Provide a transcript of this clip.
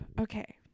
Okay